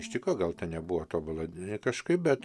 iš tikro gal ten nebuvo tobula ne kažkaip bet